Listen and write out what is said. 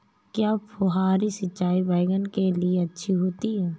क्या फुहारी सिंचाई बैगन के लिए अच्छी होती है?